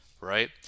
right